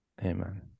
amen